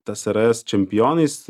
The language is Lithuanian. tsrs čempionais